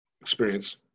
experience